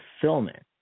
fulfillment